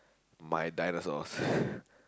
my dinosaurs ppl